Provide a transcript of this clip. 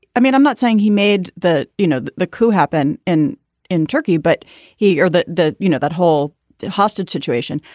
i mean i'm not saying he made that you know the the coup happened and in turkey but he or the the you know that whole hostage situation.